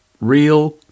real